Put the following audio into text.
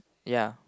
ya